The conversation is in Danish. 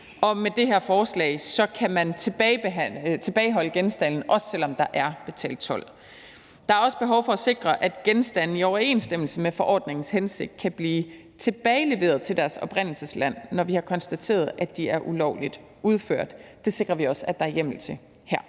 og med det her forslag kan man tilbageholde genstanden, også selv om der er betalt told. Der er også behov for at sikre, at genstande i overensstemmelse med forordningens hensigt kan blive tilbageleveret til deres oprindelsesland, når vi har konstateret, at de er ulovligt udført. Det sikrer vi også at der er hjemmel til her.